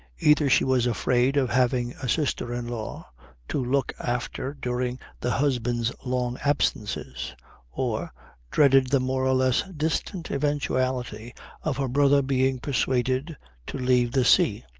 either she was afraid of having a sister-in law to look after during the husband's long absences or dreaded the more or less distant eventuality of her brother being persuaded to leave the sea,